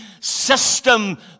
system